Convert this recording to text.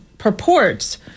purports